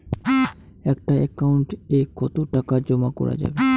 একটা একাউন্ট এ কতো টাকা জমা করা যাবে?